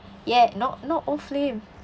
ya not not old flame